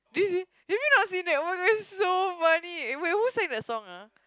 did you see have you not seen that [oh]-my-god it's so funny oh wait who sang that song ah